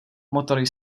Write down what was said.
motory